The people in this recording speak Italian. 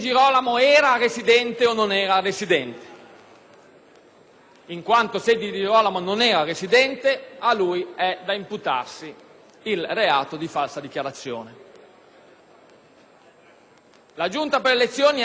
in quanto, se non lo era, a lui è da imputarsi il reato di falsa dichiarazione. La Giunta delle elezioni ha esaminato questo tema nello specifico,